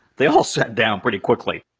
they all sat down pretty quickly.